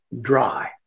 dry